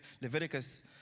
Leviticus